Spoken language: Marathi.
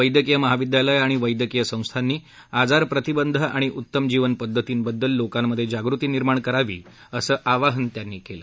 वैद्यकीय महाविद्यालयं आणि वैद्यकीय संस्थांनी आजार प्रतिबंध आणि उत्तम जीवन पद्धतींबद्दल लोकांमधे जागृती निर्माण करावी असं आवाहन त्यांनी केलं